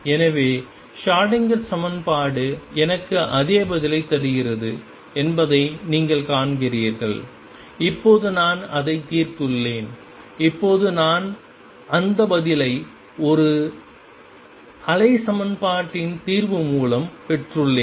எனவே ஷ்ரோடிங்கர் சமன்பாடு எனக்கு அதே பதிலைத் தருகிறது என்பதை நீங்கள் காண்கிறீர்கள் இப்போது நான் அதைத் தீர்த்துள்ளேன் இப்போது நான் அந்த பதிலை ஒரு அலை சமன்பாட்டின் தீர்வு மூலம் பெற்றுள்ளேன்